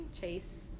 Chase